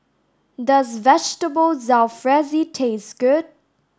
does Vegetable Jalfrezi taste good